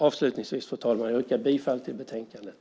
Avslutningsvis yrkar jag bifall till utskottets förslag i betänkandet.